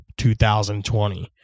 2020